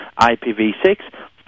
IPv6